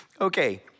Okay